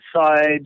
sides